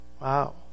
Wow